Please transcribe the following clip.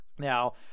Now